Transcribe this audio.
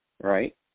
right